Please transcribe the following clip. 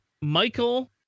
michael